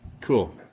Cool